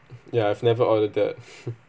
ya I've never ordered that